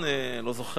אני לא זוכר מתי זה היה,